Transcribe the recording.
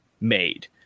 made